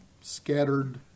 scattered